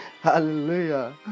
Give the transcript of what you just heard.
Hallelujah